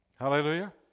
Hallelujah